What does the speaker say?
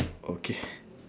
okay